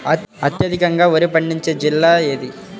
అత్యధికంగా వరి పండించే జిల్లా ఏది?